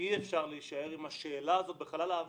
ואי-אפשר להישאר עם השאלה הזאת בחלל הזה.